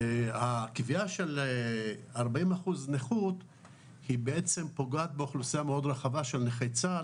הקביעה של 40% נכות היא בעצם פוגעת באוכלוסייה מאוד רחבה של נכי צה"ל,